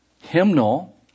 hymnal